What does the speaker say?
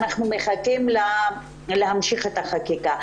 אנחנו מחכים להמשך החקיקה.